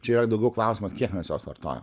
čia yra daugiau klausimas kiek mes juos vartojam